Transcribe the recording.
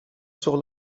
sur